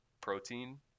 protein